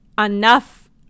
enough